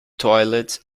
toilet